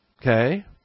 Okay